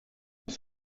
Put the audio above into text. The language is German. was